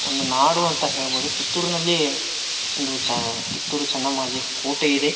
ಒಂದು ನಾಡು ಅಂತ ಹೇಳ್ಬೋದು ಕಿತ್ತೂರಿನಲ್ಲಿ ಒಂದು ಚ ಕಿತ್ತೂರು ಚೆನ್ನಮ್ಮಾಜಿ ಕೋಟೆ ಇದೆ